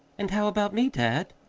and how about me, dad?